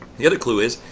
the other clue is,